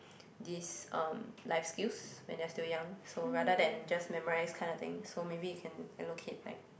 this um life skills when they are still young so rather than just memorize kind of thing so maybe you can allocate like